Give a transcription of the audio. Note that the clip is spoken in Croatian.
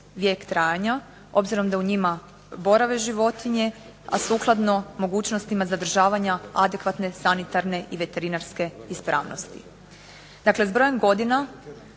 vijek trajanja, obzirom da u njima borave životinje, a sukladno mogućnostima zadržavanja adekvatne sanitarne i veterinarske ispravnosti. Dakle s brojem godina